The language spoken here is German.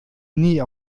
nie